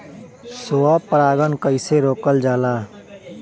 स्व परागण कइसे रोकल जाला?